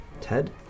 Ted